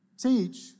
teach